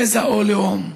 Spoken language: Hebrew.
גזע או לאום,